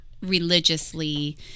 religiously